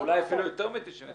אולי אפילו יותר מ-99%,